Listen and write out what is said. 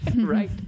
Right